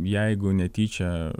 jeigu netyčia